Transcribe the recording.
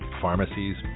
pharmacies